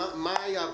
מה היה?